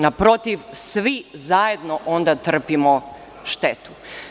Naprotiv, svi zajedno onda trpimo štetu.